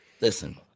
Listen